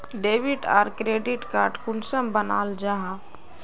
Debit आर credit card कुंसम बनाल जाहा?